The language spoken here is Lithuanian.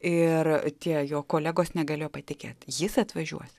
ir tie jo kolegos negalėjo patikėt jis atvažiuos